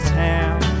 town